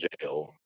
jail